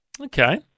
Okay